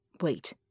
Wait